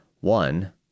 one